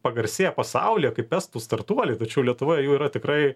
pagarsėję pasaulyje kaip estų startuoliai tačiau lietuvoje jų yra tikrai